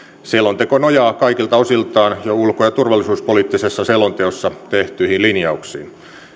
selonteko nojaa kaikilta osiltaan jo ulko ja turvallisuuspoliittisessa selonteossa tehtyihin linjauksiin